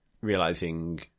realizing